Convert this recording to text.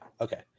okay